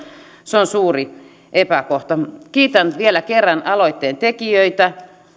se on suuri epäkohta kiitän vielä kerran aloitteen tekijöitä